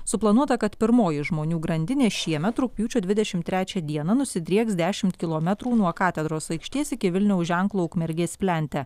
suplanuota pirmoji žmonių grandinė šiemet rugpjūčio dvidešim trečią dieną nusidrieks dešimt kilometrų nuo katedros aikštės iki vilniaus ženklo ukmergės plente